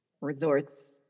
resorts